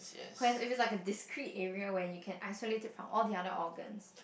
where if it's like a discreet area where you can isolate it from all the other organs